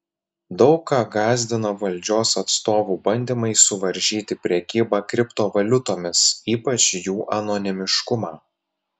daug ką gąsdina valdžios atstovų bandymai suvaržyti prekybą kriptovaliutomis ypač jų anonimiškumą